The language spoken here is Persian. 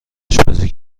آشپزی